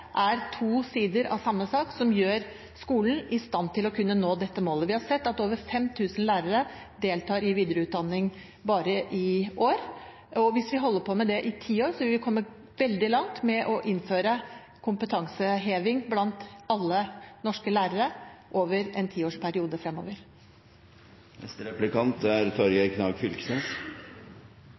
er to sider av samme sak, som gjør skolen i stand til å kunne nå dette målet. Vi har sett at over 5 000 lærere deltar i videreutdanning bare i år, og hvis vi holder på med det i en tiårsperiode fremover, vil vi komme veldig langt med å innføre kompetanseheving blant alle norske lærere.